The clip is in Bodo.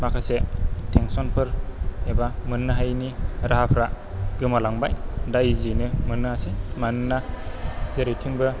माखासे थेनसनफोर एबा मोननो हायैनि राहाफ्रा गोमालांबाय दा इजियैनो मोननो हासै मानोना जेरैथिंबो